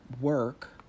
work